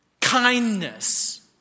kindness